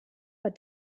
but